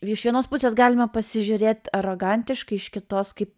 iš vienos pusės galime pasižiūrėt arogantiškai iš kitos kaip